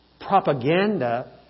propaganda